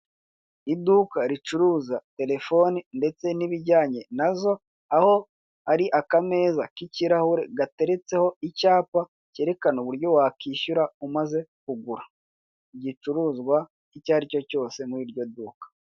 Iduka ricuruza telefone ndetse n'ibijyanye nazo, aho hari akameza k'ikirahure gateretseho icyapa cyerekana uburyo wakishyura umaze kugura, igicuruzwa icyo aricyo cyose muri iryo duka.